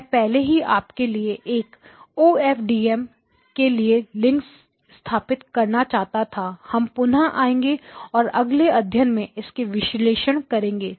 मैं पहले ही आपके लिए एक OFDM के लिए लिंक स्थापित करना चाहता था हम पुनः आएंगे और अगले अध्याय में इसका विश्लेषण करेंगे